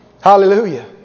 Hallelujah